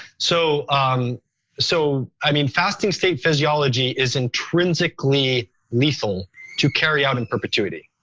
so um so i mean fasting state physiology is intrinsically lethal to carry out in perpetuity.